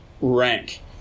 rank